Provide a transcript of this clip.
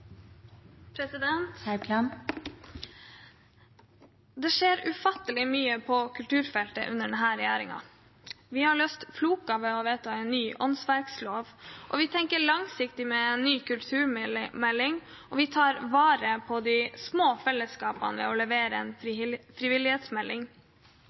Det skjer ufattelig mye på kulturfeltet under denne regjeringen. Vi har løst floker ved å vedta en ny åndsverklov, vi tenker langsiktig med en ny kulturmelding, og vi tar vare på de små fellesskapene ved å levere en